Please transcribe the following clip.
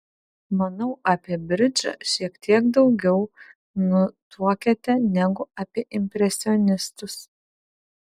manau apie bridžą šiek tiek daugiau nutuokiate negu apie impresionistus